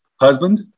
husband